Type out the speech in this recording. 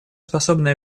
способны